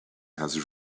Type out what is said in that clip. has